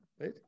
right